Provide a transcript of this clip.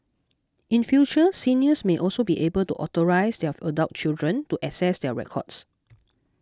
in future seniors may also be able to authorise their adult children to access their records